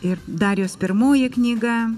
ir dar jos pirmoji knyga